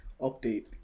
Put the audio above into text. update